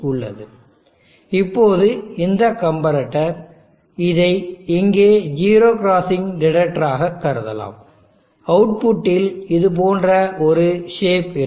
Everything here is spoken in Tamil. உள்ளது இப்போது இந்த கம்பேரெட்டர் இதை இங்கே ஜீரோ கிராசிங் டிடெக்டராகக் கருதலாம் அவுட்புட்டில் இது போன்ற ஒரு சேப் இருக்கும்